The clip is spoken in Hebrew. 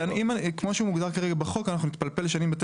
וכמו שמוגדר כרגע בחוק אנחנו נתפלפל שנים בבתי